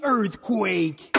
Earthquake